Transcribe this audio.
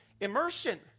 immersion